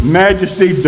majesty